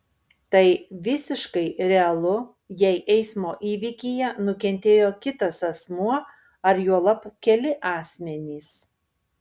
tai visiškai realu jei eismo įvykyje nukentėjo kitas asmuo ar juolab keli asmenys